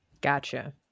Gotcha